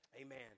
Amen